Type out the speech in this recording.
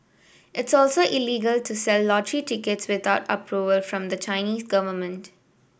it's also illegal to sell lottery tickets without approval from the Chinese government